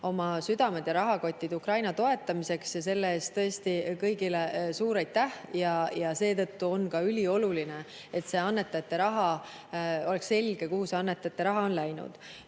oma südamed ja rahakotid Ukraina toetamiseks, selle eest tõesti kõigile suur aitäh! Ja seetõttu on ka ülioluline, et oleks selge, kuhu see annetajate raha on läinud.